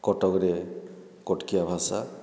କଟକରେ କଟକିଆ ଭାଷା